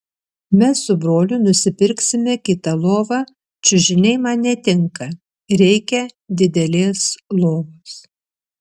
mes su broliu nusipirksime kitą lovą čiužiniai man netinka reikia didelės lovos